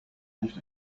nicht